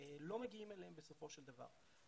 לא מגיעים אליהם בסופו של דבר.